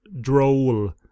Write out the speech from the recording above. droll